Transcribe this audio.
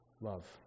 love